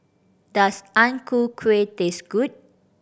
does Ang Ku Kueh taste good